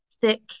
thick